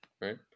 right